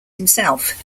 himself